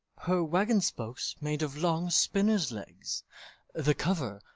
her waggon-spokes made of long spinners' legs the cover,